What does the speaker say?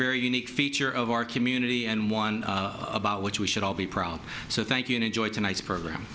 very unique feature of our community and one about which we should all be proud so thank you and enjoy tonight program